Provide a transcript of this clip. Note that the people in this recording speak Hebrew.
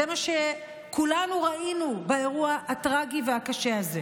זה מה שכולנו ראינו באירוע הטרגי והקשה הזה.